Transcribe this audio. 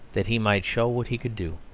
that he might show what he could do.